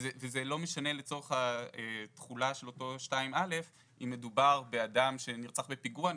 וזה לא משנה לצורך התחולה של אותו 2א אם מדובר באדם שנרצח בפיגוע,